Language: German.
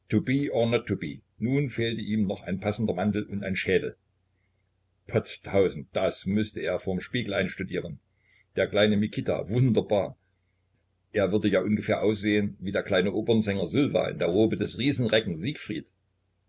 nun fehlte ihm noch ein passender mantel und ein schädel potz tausend das müßte er vorm spiegel einstudieren der kleine mikita wunderbar er würde ja ungefähr aussehen wie der kleine opernsänger sylva in der robe des riesenrecken siegfried